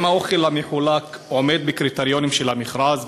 1. האם האוכל המחולק עומד בקריטריונים של המכרז?